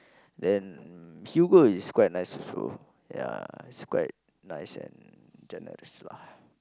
then Hugo is quite nice also ya it's quite nice and generous lah